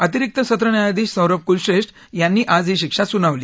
अतिरिक्त सत्र न्यायाधीश सौरभ कुलश्रेष्ठ यांनी आज ही शिक्षा सुनावली